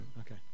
Okay